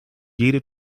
jede